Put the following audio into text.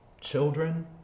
children